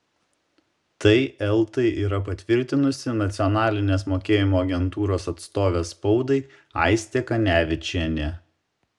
tai eltai yra patvirtinusi nacionalinės mokėjimo agentūros atstovė spaudai aistė kanevičienė